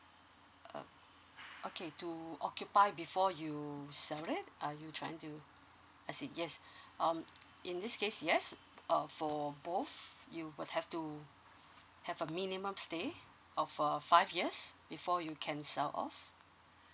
uh okay to occupy before you sell it are you trying to I see yes um in this case yes uh for both you would have to have a minimum stay of uh five years before you can sell off